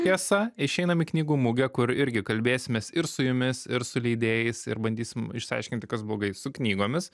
tiesa išeinam į knygų mugę kur irgi kalbėsimės ir su jumis ir su leidėjais ir bandysim išsiaiškinti kas blogai su knygomis